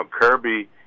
Kirby